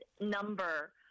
number